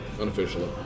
unofficially